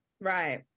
right